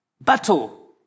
battle